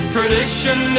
Tradition